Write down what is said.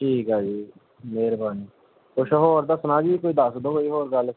ਠੀਕ ਆ ਜੀ ਮਿਹਰਬਾਨੀ ਕੁਛ ਹੋਰ ਦੱਸਣਾ ਜੀ ਕੋਈ ਦੱਸ ਦਿਓ ਕੋਈ ਹੋਰ ਗੱਲ